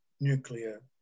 nuclear